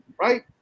right